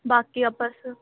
ਬਾਕੀ ਆਪਾਂ ਸ